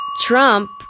Trump